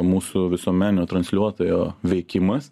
mūsų visuomeninio transliuotojo veikimas